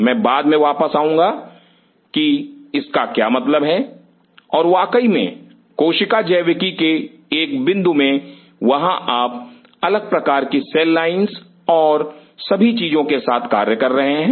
मैं बाद में वापस आऊंगा कि इसका क्या मतलब है और वाकई में कोशिका जैविकी के एक बिंदु में वहां आप अलग प्रकार की सेल लाइंस और सभी चीजों के साथ कार्य कर रहे हैं